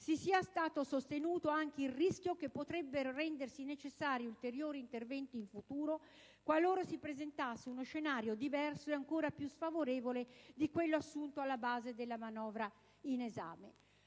- è stato sostenuto anche il rischio che potrebbero rendersi necessari ulteriori interventi in futuro, qualora si presentasse uno scenario diverso e ancora più sfavorevole di quello assunto alla base della manovra in esame.